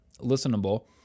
listenable